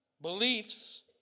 Beliefs